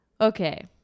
okay